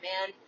man